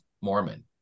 Mormon